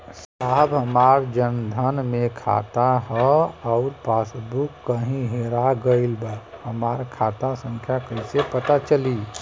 साहब हमार जन धन मे खाता ह अउर पास बुक कहीं हेरा गईल बा हमार खाता संख्या कईसे पता चली?